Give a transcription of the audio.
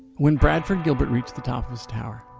when bradford gilbert reached the top of his tower,